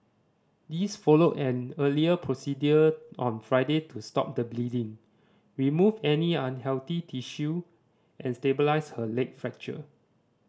this followed an earlier procedure on Friday to stop the bleeding remove any unhealthy tissue and stabilise her leg fracture